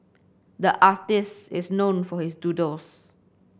the artist is known for his doodles